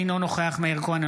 אינו נוכח מאיר כהן,